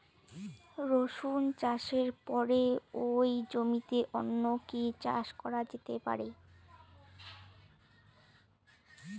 রসুন চাষের পরে ওই জমিতে অন্য কি চাষ করা যেতে পারে?